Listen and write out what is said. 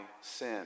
sin